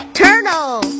turtle